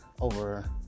over